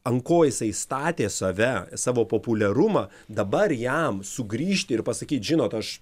ant ko jisai statė save savo populiarumą dabar jam sugrįžt ir pasakyt žinot aš